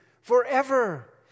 forever